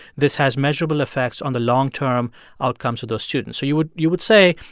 this has measurable effects on the long-term outcomes of those students so you would you would say,